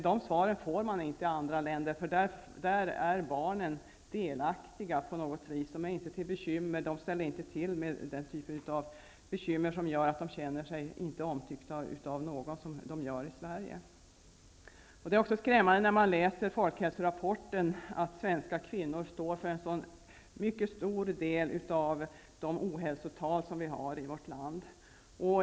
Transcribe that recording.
De svaren får man inte i andra länder; där är barnen delaktiga. De är inte till bekymmer. De ställer inte till den typen av problem som gör att de känner det som om de inte är omtyckta av någon. Det är också skrämmande att se i folkhälsorapporten att svenska kvinnor står för en så stor del av ohälsotalen.